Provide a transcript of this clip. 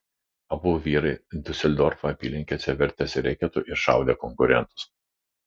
abu vyrai diuseldorfo apylinkėse vertėsi reketu ir šaudė konkurentus